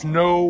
no